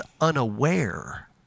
unaware